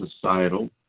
societal